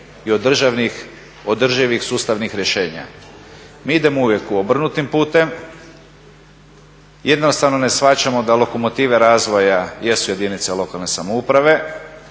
i održivih sustavnih rješenja mi idemo uvijek obrnutim putem, jednostavno ne shvaćamo da lokomotive razvoja jesu jedinice lokalne samouprave,